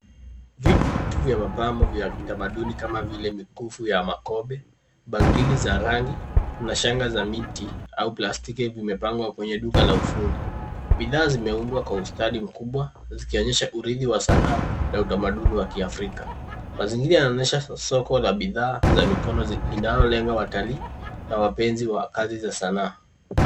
Vitu vya mapambo vya kitamaduni kama vile mikufu ya makobe, bangili za rangi na shanga za miti au plastiki vimepangwa kwenye duka la ufundi. Bidhaa zimeundwa kwa ustadi mkubwa zikionyesha ukionyesha urithi wa sanaa na utamaduni wa kiafrika. Mazingira yanaonyesha soko ya bidhaa za mkoni zinazolenga watalii na wapenzi wa kazi za sanaa.